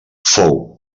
fou